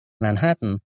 Manhattan